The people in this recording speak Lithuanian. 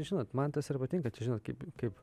žinot man tas ir patinka žinot kaip kaip